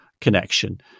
connection